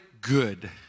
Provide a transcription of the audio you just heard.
good